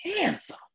handsome